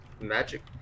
Magic